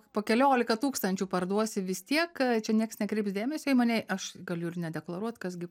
po keliolika tūkstančių parduosi vis tiek čia nieks nekreips dėmesio į mane aš galiu ir nedeklaruot kas gi